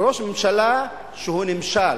ראש ממשלה שהוא נמשל,